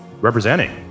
representing